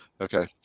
okay